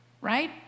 right